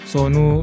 Sonu